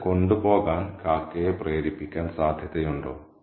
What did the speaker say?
അത് കൊണ്ടുപോകാൻ കാക്കയെ പ്രേരിപ്പിക്കാൻ സാധ്യതയുണ്ടോ